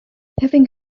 having